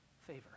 favor